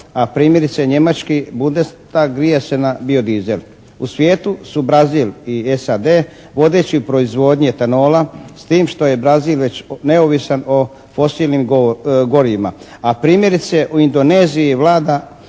a primjerice Njemački Bundestag grije se na bio dizel. U svijetu su Brazil i SAD vodeći u proizvodnji etanola, s tim što je Brazil već neovisan o fosilnim gorivima. A primjerice u Indoneziji Vlada